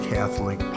Catholic